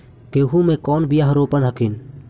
गेहूं के कौन बियाह रोप हखिन?